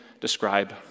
describe